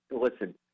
Listen